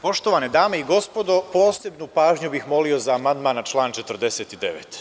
Poštovane dame i gospodo, posebnu pažnju bih molio za amandman na član 49.